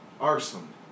arson